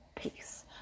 peace